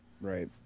Right